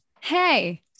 Hey